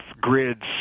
grids